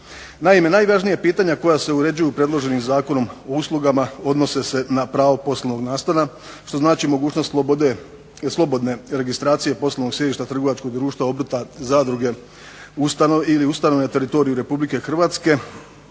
Naime, najvažnija pitanja koja se uređuju predloženim Zakonom o uslugama odnose se na pravo poslovnog nastana što znači mogućnost slobodne registracije poslovnog sjedišta trgovačkog društva, obrta, zadruge ili ustanove na teritoriju RH za pravne